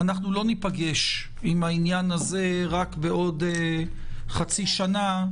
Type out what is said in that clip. לא ניפגש עם העניין הזה רק עוד חצי שנה,